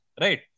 Right